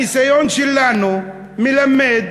הניסיון שלנו מלמד